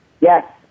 Yes